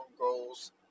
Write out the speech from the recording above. goals